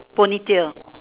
Pony tail